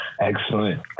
Excellent